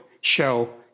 show